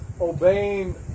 obeying